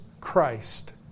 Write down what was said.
Christ